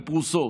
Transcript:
לפרוסות.